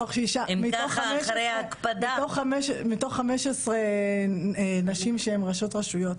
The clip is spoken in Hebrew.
מתוך 15 נשים שהן ראשות רשויות.